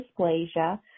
dysplasia